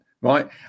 right